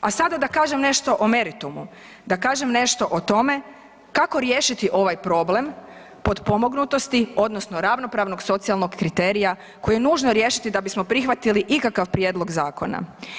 A sada da kažem nešto o meritumu, da kažem nešto o tome kako riješiti ovaj problem potpomognutosti odnosno ravnopravnog socijalnog kriterija koji je nužno riješiti da bismo prihvatili ikakav prijedlog zakona.